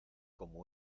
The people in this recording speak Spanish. como